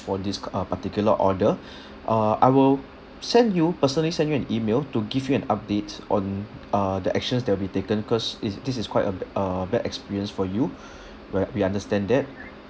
for this uh particular order uh I will send you personally send you an email to give you an update on uh the actions that will be taken cause it's this is quite a b~ a bad experience for you where we understand that